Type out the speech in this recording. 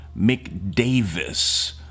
McDavis